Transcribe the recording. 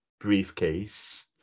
briefcase